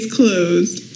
closed